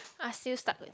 are still stuck with it